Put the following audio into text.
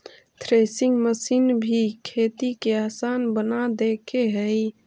threshing machine भी खेती के आसान बना देके हइ